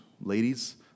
ladies